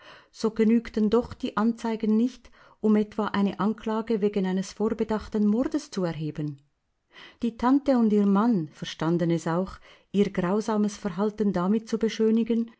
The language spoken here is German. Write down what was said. so genügten doch die anzeigen nicht um etwa eine anklage wegen eines vorbedachten mordes zu erheben die tante und ihr mann verstanden es auch ihr grausames verhalten damit zu beschönigen